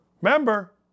remember